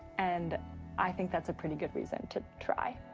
and i think that's a pretty good reason to try.